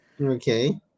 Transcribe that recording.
Okay